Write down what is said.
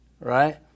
right